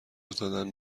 زدن